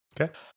Okay